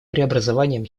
преобразованиям